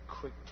quick